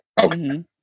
Okay